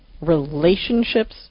relationships